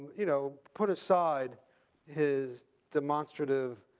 you know put aside his demonstrative